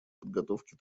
подготовки